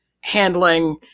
handling